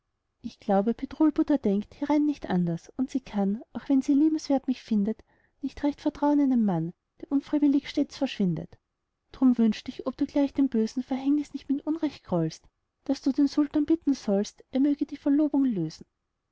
ich glaube bedrulbudur denkt hierin nicht anders und sie kann auch wenn sie liebenswert mich findet nicht recht vertrauen einem mann der unfreiwillig stets verschwindet drum wünsch ich ob du gleich dem bösen verhängnis nicht mit unrecht grollst daß du den sultan bitten sollst er möge die verlobung lösen